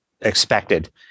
expected